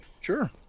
Sure